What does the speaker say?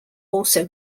also